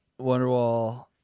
Wonderwall